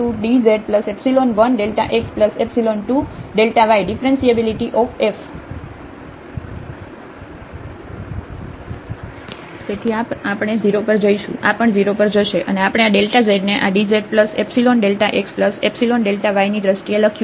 ⟹Δzdz1Δx2Δy ⟹Differentiability of f તેથી આ આપણે 0 પર જઈશું આ પણ 0 પર જશે અને આપણે આ ડેલ્ટા zને આ dz plus epsilon delta x epsilon delta y ની દ્રષ્ટિએ લખ્યું છે